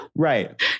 Right